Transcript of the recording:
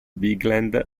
bigland